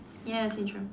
ya syndrome